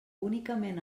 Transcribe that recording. únicament